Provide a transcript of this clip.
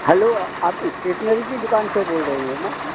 hello आप stationery की दुकान से बोल रहे हैं ना जी